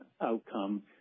outcome